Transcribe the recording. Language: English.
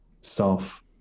self